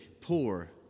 poor